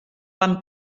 van